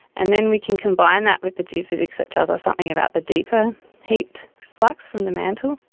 and then we can combine that with the geophysics that tells us something about the deeper heat flux from the mantle.